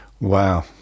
Wow